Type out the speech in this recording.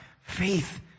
faith